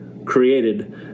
created